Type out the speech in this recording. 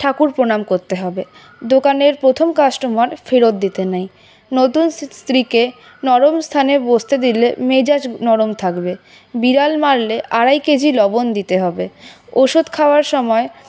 ঠাকুর প্রণাম করতে হবে দোকানের প্রথম কাস্টোমার ফেরত দিতে নেই নতুন স্ত্রীকে নরম স্থানে বসতে দিলে মেজাজ নরম থাকবে বিড়াল মারলে আড়াই কেজি লবন দিতে হবে ওষুধ খাওয়ার সময়